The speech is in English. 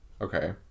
Okay